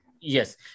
Yes